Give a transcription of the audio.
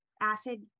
acid